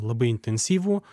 labai intensyvų